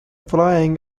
flying